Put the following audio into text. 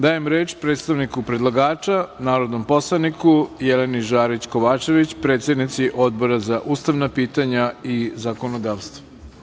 Dajem reč predstavniku predlagača, narodnom poslaniku Jeleni Žarić Kovačević, predsednici Odbora za ustavna pitanja i zakonodavstvo.